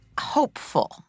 hopeful